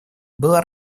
была